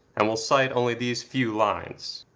and will cite only these few lines.